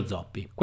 Zoppi